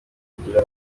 kugira